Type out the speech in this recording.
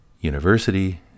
university